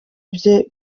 bye